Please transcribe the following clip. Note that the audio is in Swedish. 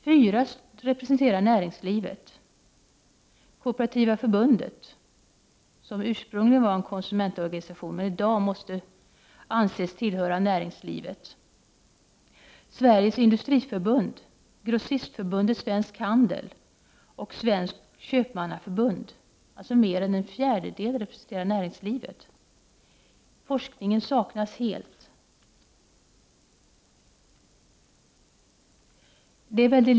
Fyra ledamöter representerar näringslivet: Kooperativa förbundet — som ursprungligen var en konsumentorganisation, men som i dag måste anses tillhöra näringslivet —, Sveriges industriförbund, Grossistförbundet Svensk handel och Sveriges Köpmannaförbund. Det är alltså mer än en fjärdedel som representerar näringslivet. Forskningen saknas helt.